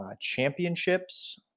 championships